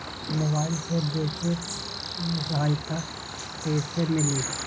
Mobile से बेचे में सहायता कईसे मिली?